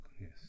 yes